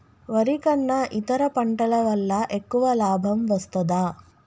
వరి కన్నా ఇతర పంటల వల్ల ఎక్కువ లాభం వస్తదా?